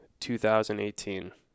2018